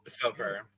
silver